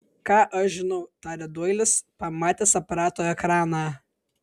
ką aš žinau tarė doilis pamatęs aparato ekraną